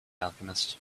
alchemist